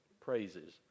praises